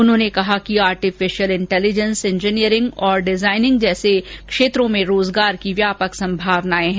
उन्होंने कहा कि अर्टिफिशियल इंटेलीजेंस इंजीनियरिंग और डिजाइनिंग जैसे नये क्षेत्रों में रोजगार की व्यापक संभावनाएं हैं